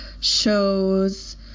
shows